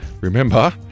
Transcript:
Remember